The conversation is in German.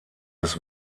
des